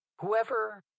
Whoever